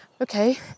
okay